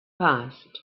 passed